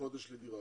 לחודש לדירה.